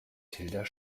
tilda